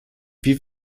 wie